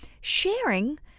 sharing